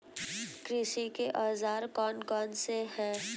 कृषि के औजार कौन कौन से हैं?